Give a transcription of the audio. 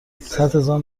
صدهزار